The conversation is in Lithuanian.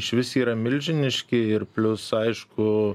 išvis yra milžiniški ir plius aišku